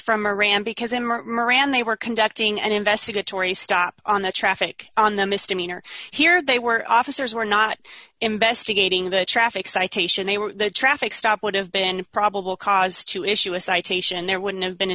from iran because m r moran they were conducting an investigatory stop on the traffic on the misdemeanor here they were officers were not investigating the traffic citation they were the traffic stop would have been probable cause to issue a citation there wouldn't have been a